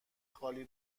خالی